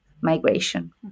migration